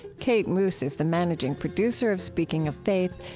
kate moos is the managing producer of speaking of faith,